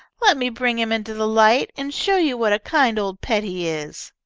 let me bring him into the light, and show you what a kind old pet he is.